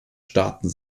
staaten